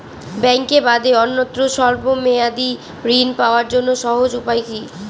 ব্যাঙ্কে বাদে অন্যত্র স্বল্প মেয়াদি ঋণ পাওয়ার জন্য সহজ উপায় কি?